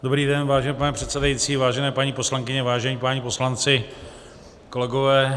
Dobrý den, vážený pane předsedající, vážené paní poslankyně, vážení páni poslanci, kolegové.